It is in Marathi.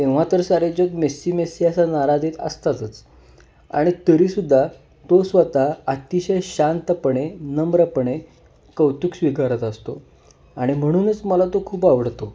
तेव्हा तर सारेजण मेस्सी मेस्सी असा नारा देत असतातच आणि तरीसुद्धा तो स्वतः अतिशय शांतपणे नम्रपणे कौतुक स्वीकारत असतो आणि म्हणूनच मला तो खूप आवडतो